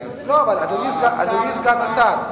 אדוני סגן השר,